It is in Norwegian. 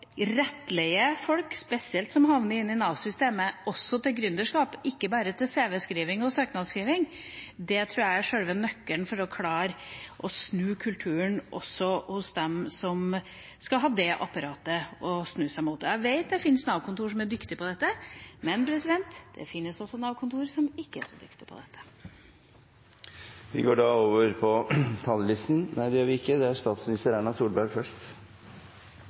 søknadsskriving, tror jeg er sjølve nøkkelen til å klare å snu kulturen også hos dem som skal ha det apparatet å snu seg mot. Jeg vet det fins Nav-kontorer som er dyktige på dette, men det fins også Nav-kontorer som ikke er så dyktige på dette. For det første er jeg enig i at det er viktig å sørge for at man har en sikkerhet når man er gründer. En av de tingene vi har gjort nå, er